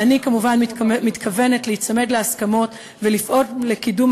ואני כמובן מתכוונת להיצמד להסכמות ולפעול לקידום